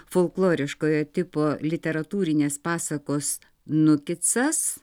folkloriškojo tipo literatūrinės pasakos nukitsas